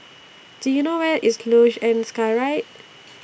Do YOU know Where IS Luge and Skyride